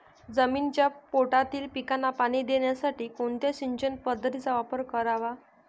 जमिनीच्या पोटातील पिकांना पाणी देण्यासाठी कोणत्या सिंचन पद्धतीचा वापर करावा?